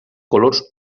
colors